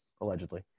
allegedly